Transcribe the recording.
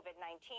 COVID-19